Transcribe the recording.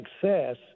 success